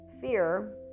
fear